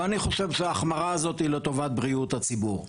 ואני חושב שההחמרה הזאת היא לטובת בריאות הציבור.